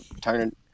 turn